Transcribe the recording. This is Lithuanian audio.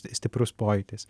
stiprus pojūtis